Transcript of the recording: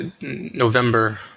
November